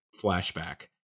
flashback